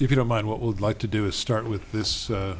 with you don't mind what would like to do is start with this